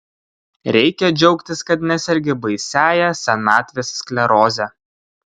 reikia džiaugtis kad nesergi baisiąja senatvės skleroze